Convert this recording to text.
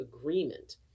agreement